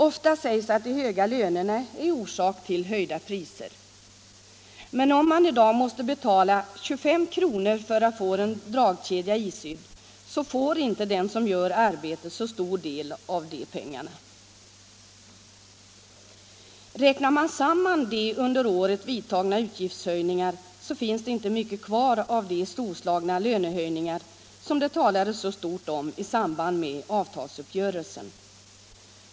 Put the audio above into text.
Ofta sägs det att de höga lönerna är orsak till höjda priser, men om man i dag måste betala 25 kr. för att få en dragkedja isydd får inte den som gör arbetet så stor del av de pengarna. Räknar man samman de under året vidtagna utgiftshöjningarna finner man att det inte finns mycket kvar av de storslagna lönehöjningar som det talades så mycket om i samband med avtalsuppgörelsen.